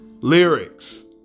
lyrics